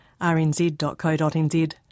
rnz.co.nz